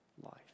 life